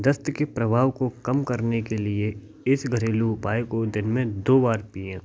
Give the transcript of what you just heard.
दस्त के प्रभाव को कम करने के लिए इस घरेलू उपाय को दिन मे दो बार पिएं